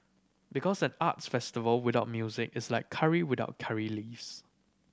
because an arts festival without music is like curry without curry leaves